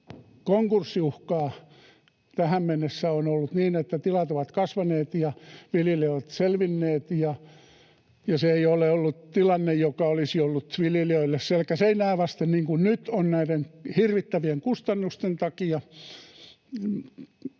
konkurssi uhkaa. Tähän mennessä on ollut niin, että tilat ovat kasvaneet ja viljelijät ovat selvinneet eikä ole ollut tilanne, jossa viljelijät olisivat olleet selkä seinää vasten, niin kuin nyt on näiden hirvittävien kustannusten takia.